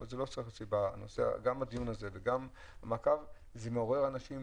אבל הדיון הזה והמעקב אחרי הנושא מעוררים אנשים,